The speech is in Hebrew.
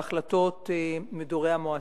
בהחלטות מדורי המועצה.